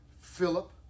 Philip